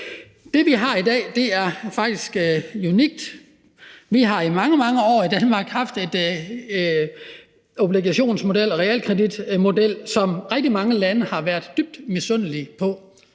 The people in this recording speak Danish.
Det, vi har i dag, er faktisk unikt. Vi har i mange, mange år i Danmark haft en obligationsmodel og en realkreditmodel, som rigtig mange lande har været dybt misundelige